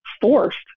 forced